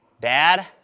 Dad